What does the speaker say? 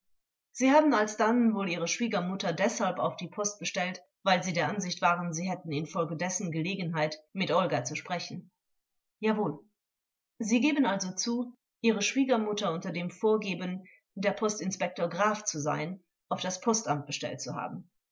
sie haben alsdann wohl ihre schwiegermutter deshalb auf die post bestellt weil sie der ansicht waren sie hätten infolgedessen gelegenheit mit olga zu sprechen angekl jawohl vors sie geben also zu ihre schwiegermutter unter dem vorgeben der postinspektor graf zu sein auf das postamt bestellt zu haben